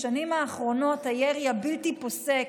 בשנים האחרונות הירי הבלתי-פוסק,